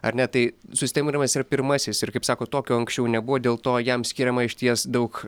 ar ne tai susitarimas ir pirmasis ir kaip sako tokio anksčiau nebuvo dėl to jam skiriama išties daug